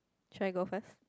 should I go first